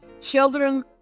children